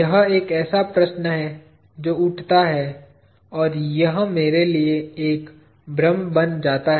यह एक ऐसा प्रश्न है जो उठता है और यह मेरे लिए एक भ्रम बन जाता है